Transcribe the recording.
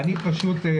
נכון.